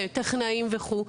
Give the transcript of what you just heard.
טכנאים וכולי,